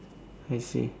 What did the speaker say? I see